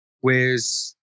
Whereas